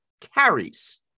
carries